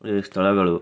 ಈ ಸ್ಥಳಗಳು